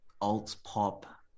alt-pop